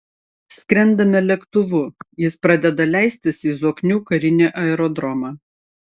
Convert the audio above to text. skrendame lėktuvu jis pradeda leistis į zoknių karinį aerodromą